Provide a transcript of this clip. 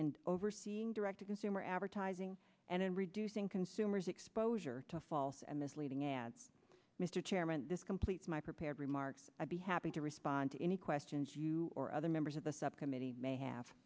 and overseeing direct to consumer advertising and in reducing consumers exposure to false and misleading ads mr chairman this completes my prepared remarks i'd be happy to respond to any questions you or other members of the subcommittee may have